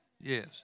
Yes